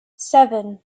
seven